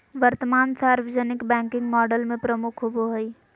वर्तमान सार्वजनिक banking model में प्रमुख होबो हइ